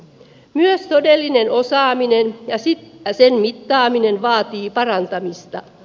myös todellinen osaaminen ja sen mittaaminen vaatii parantamista